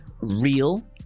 real